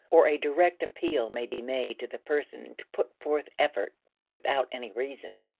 or a direct appeal may be made to the person to put forth effort without any reason.